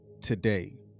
today